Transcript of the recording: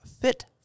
fit